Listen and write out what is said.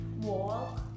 walk